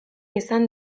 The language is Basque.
izan